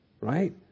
right